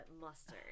mustard